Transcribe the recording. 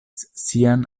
sian